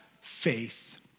faith